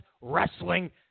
wrestling